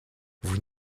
vous